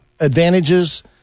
advantages